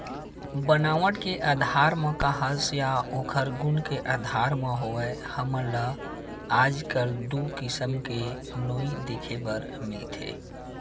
बनावट के आधार म काहस या ओखर गुन के आधार म होवय हमन ल आजकल दू किसम के नोई देखे बर मिलथे